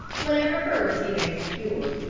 whatever furs he may secure.